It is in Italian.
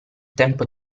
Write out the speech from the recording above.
tempo